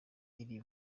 iri